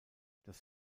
das